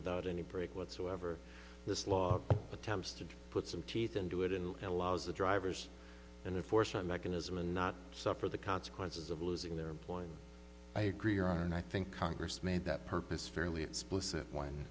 without any break whatsoever this law attempts to put some teeth into it and allows the drivers and or force a mechanism and not suffer the consequences of losing their employment i agree here and i think congress made that purpose fairly explicit when